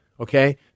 Okay